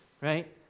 right